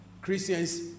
Christians